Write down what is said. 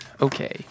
Okay